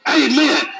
amen